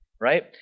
right